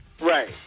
Right